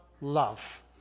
love